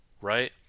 right